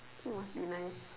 !wow! must be nice